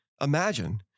Imagine